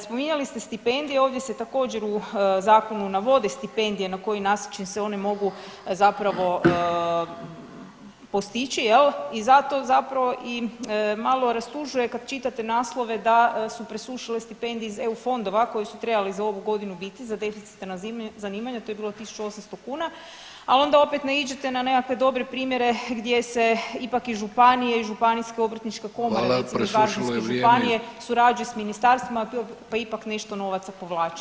Spominjali ste stipendije, ovdje se također u zakonu navode stipendije na koji način se one mogu zapravo postići i zato zapravo i malo rastužuje kad čitate naslove da su presušile stipendije iz EU fondova koji su trebali ove godine biti za deficitarna zanimanja, to je bilo 1.800 kuna, ali onda opet naiđete na nekakve dobre primjere gdje se ipak i županije i županijska obrtnička komora recimo iz Varaždinske županije [[Upadica: Hvala, presušilo je vrijeme.]] surađuju s ministarstvima pa ipak nešto novaca povlače.